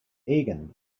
egan